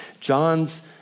John's